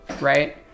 right